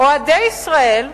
אוהדי ישראל,